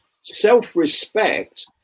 self-respect